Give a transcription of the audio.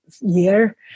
year